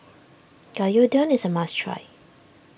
Gyudon is a must try